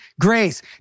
grace